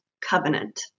covenant